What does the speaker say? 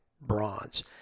bronze